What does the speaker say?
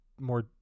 more